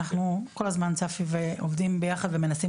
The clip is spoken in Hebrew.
אנחנו כל הזמן עם צפי עובדים ביחד ומנסים